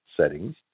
settings